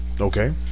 Okay